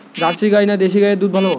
Jersey গাই না দেশী গাইয়ের দুধ ভালো?